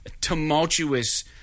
tumultuous